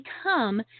become